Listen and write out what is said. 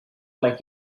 like